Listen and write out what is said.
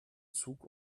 zug